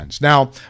Now